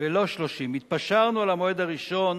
ולא 30. התפשרנו על המועד הראשון